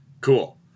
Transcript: Cool